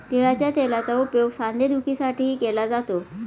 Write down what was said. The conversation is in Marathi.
तिळाच्या तेलाचा उपयोग सांधेदुखीसाठीही केला जातो